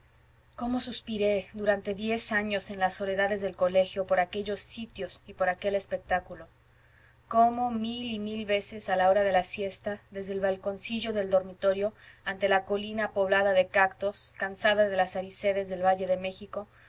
cómo suspiré durante diez años en las soledades del colegio por aquellos sitios y por aquel espectáculo cómo mil y mil veces a la hora de la siesta desde el balconcillo del dormitorio ante la colina poblada de cactos cansada de las arideces del valle de méxico